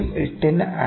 8 ന് അടുത്ത്